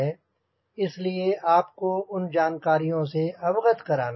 इसीलिए आपको उन जानकारियों से अवगत कराना है